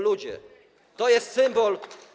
Ludzie, to jest symbol.